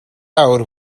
awr